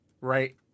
Right